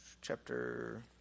chapter